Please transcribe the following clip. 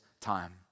time